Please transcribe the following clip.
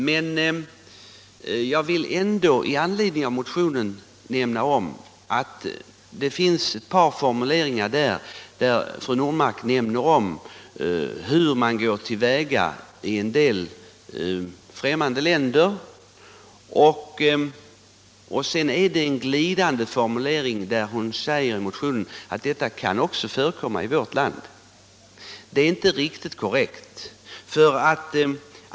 Men jag vill ändå i anledning av motionen, där fru Normark nämner hur man går till väga i en del främmande länder, peka på att det finns en glidande formulering där hon säger att detta också kan förekomma i vårt land. Det är inte riktigt korrekt.